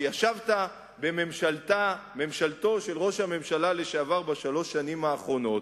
שישב בממשלתו של ראש הממשלה לשעבר בשלוש שנים האחרונות,